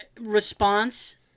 response